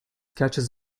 catches